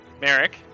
Merrick